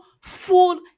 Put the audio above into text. full